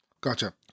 Gotcha